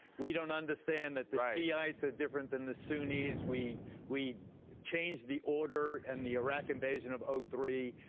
we don't understand that the yeah shiites are different than the sunnis. we we changed the order, and the iraq invasion of of three,